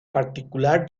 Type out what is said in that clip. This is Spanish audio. particular